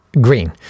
Green